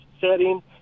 setting